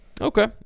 Okay